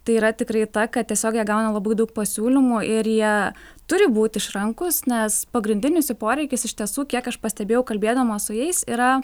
tai yra tikrai ta kad tiesiog jie gauna labai daug pasiūlymų ir jie turi būt išrankūs nes pagrindinis jų poreikis iš tiesų kiek aš pastebėjau kalbėdama su jais yra